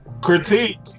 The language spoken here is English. Critique